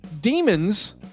demons